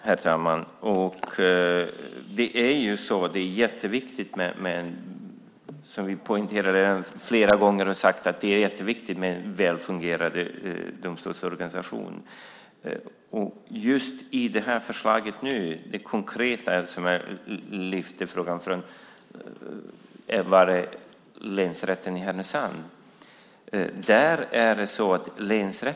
Herr talman! Som vi har poängterat flera gånger är det jätteviktigt med en väl fungerande domstolsorganisation. Just detta konkreta förslag lyfter fram frågan om länsrätten i Härnösand.